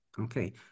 Okay